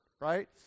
right